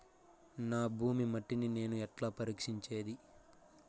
నా భూమి మట్టిని నేను ఎట్లా పరీక్షించేది?